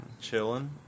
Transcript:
Chilling